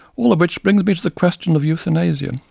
all of which brings me to the question of euthanasia.